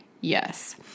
Yes